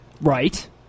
Right